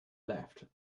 left